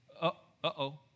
Uh-oh